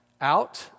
Out